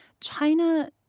China